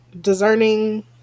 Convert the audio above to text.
discerning